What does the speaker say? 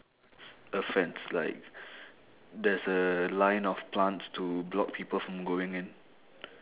a fence like there's a line of plants to block people from going in